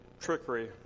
trickery